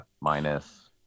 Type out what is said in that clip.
minus